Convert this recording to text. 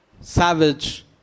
savage